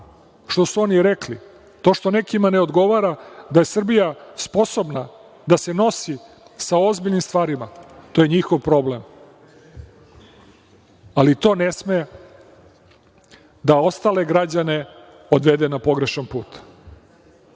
što su oni rekli, to što nekima ne odgovara da je Srbija sposobna da se nosi sa ozbiljnim stvarima, to je njihov problem, ali to ne sme da ostale građane odvede na pogrešan